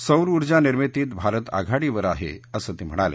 सौर उर्जा निर्मितीत भारत आघाडीवर आहे असं ते म्हणाले